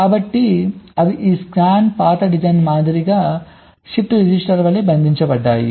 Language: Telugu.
కాబట్టి అవి ఈ స్కాన్ పాత్ డిజైన్ మాదిరిగానే షిఫ్ట్ రిజిస్టర్ వలె బంధించబడ్డాయి